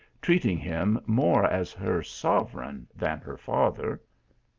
treating him more as her sovereign than her father.